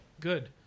good